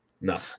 No